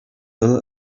will